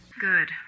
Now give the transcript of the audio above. Good